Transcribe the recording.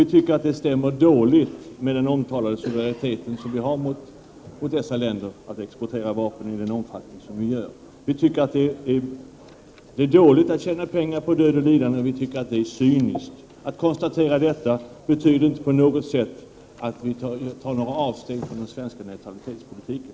Vi tycker att det stämmer dåligt med den omtalade suveränitet för dessa länder som vi också erkänner att exportera vapen dit i den omfattning som vi gör. Vitycker att det är dåligt att tjäna pengar på död och lidande. Det är cyniskt. Att konstatera detta betyder inte på något sätt att vi tar avsteg från den svenska neutralitetspolitiken.